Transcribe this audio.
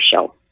show